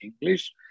English